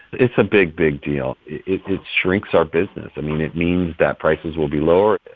it's a big, big deal. it shrinks our business. i mean, it means that prices will be lower.